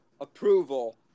approval